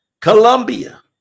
Colombia